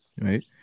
right